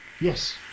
Yes